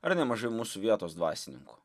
ar nemaža mūsų vietos dvasininkų